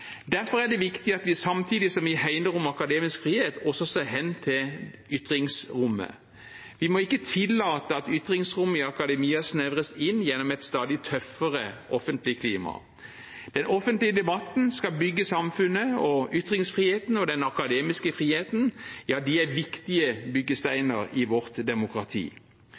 Derfor er det viktig at vi samtidig som vi hegner om akademisk frihet, også ser hen til ytringsrommet. Vi må ikke tillate at ytringsrommet i akademia snevres inn gjennom et stadig tøffere offentlig klima. Den offentlige debatten skal bygge samfunnet, og ytringsfriheten og den akademiske friheten er viktige byggesteiner i vårt demokrati.